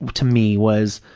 to me, was,